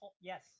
Yes